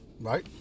Right